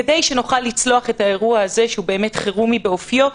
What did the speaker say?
כדי שנוכל לצלוח את האירוע הזה שהוא באמת חירומי באופיו,